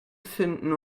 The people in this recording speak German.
finden